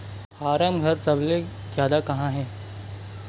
form घर सबले जादा कहां हे